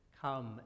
Come